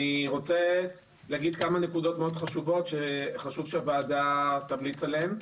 אני רוצה להגיד כמה נקודות מאוד חשובות שחשוב שהוועדה תמליץ עליהן.